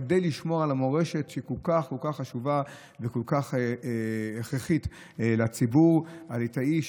כדי לשמור על המורשת שכל כך כל כך חשובה וכל כך הכרחית לציבור הליטאי,